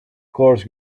course